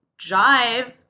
jive